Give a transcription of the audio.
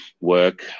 work